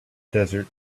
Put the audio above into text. desert